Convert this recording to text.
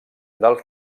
del